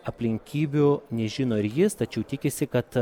aplinkybių nežino ir jis tačiau tikisi kad